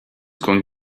going